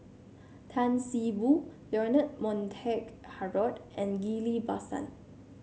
Tan See Boo Leonard Montague Harrod and Ghillie Basan